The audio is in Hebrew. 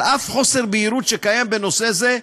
על אף חוסר בהירות שקיים בנושא זה,